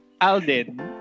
Alden